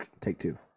Take-Two